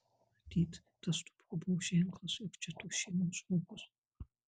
matyt tas dubuo buvo ženklas jog čia tos šeimos žmogus